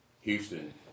Houston